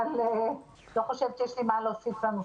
אבל אני לא חושבת שיש לי מה להוסיף בנושא.